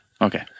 Okay